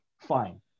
fine